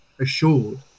assured